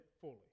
fully